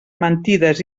mentides